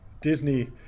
Disney